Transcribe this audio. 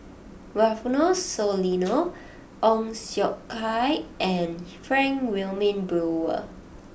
Rufino Soliano Ong Siong Kai and Frank Wilmin Brewer